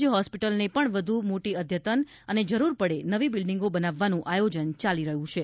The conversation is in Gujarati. જી હોસ્પિટલને પણ વધુ મોટી અઘતન અને જરૂર પડે નવી બિલ્ડિંગો બનાવવાનું આયોજન ચાલી રહ્યું છે